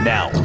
Now